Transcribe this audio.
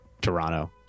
Toronto